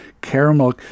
Caramel